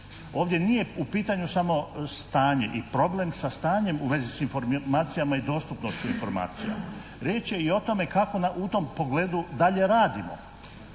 Ovdje nije u pitanju samo stanje i problem sa stanjem u vezi s informacijama i dostupnošću informacija. Riječ je i o tome kako u tom pogledu dalje radimo.